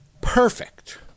perfect